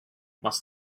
must